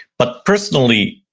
but personally,